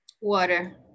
Water